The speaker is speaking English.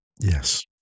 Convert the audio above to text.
Yes